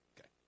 Okay